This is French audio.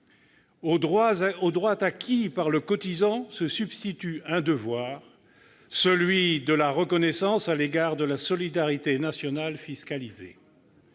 au droit acquis par le cotisant se substitue un devoir, celui de la reconnaissance à l'égard de la solidarité nationale fiscalisée.